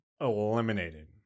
eliminated